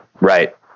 Right